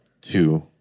Two